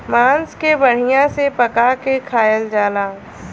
मांस के बढ़िया से पका के खायल जाला